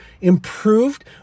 improved